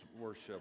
worship